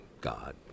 God